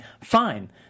fine